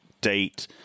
date